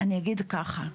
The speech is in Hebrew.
אני אגיד את זה ככה.